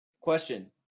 Question